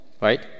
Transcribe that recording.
right